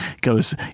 goes